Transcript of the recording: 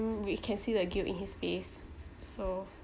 mm we can see the guilt in his face so